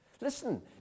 listen